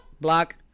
block